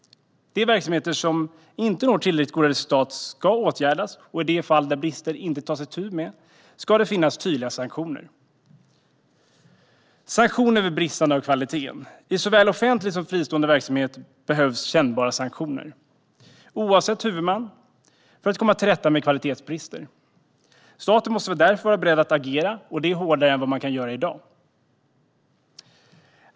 De verksamheter som inte når tillräckligt goda resultat ska åtgärdas, och i de fall där man inte tar itu med brister ska det finnas tydliga sanktioner. Det ska finnas sanktioner vid bristande kvalitet. I såväl offentlig som fristående verksamhet behövs kännbara sanktioner, oavsett huvudman, för att komma till rätta med kvalitetsbrister. Staten måste därför vara beredd att agera, och det hårdare än vad man kan göra i dag.